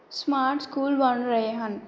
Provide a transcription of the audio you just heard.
smart school ਬਣ ਰਹੇ ਹਨ